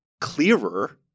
clearer